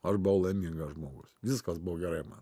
aš buvau laimingas žmogus viskas buvo gerai man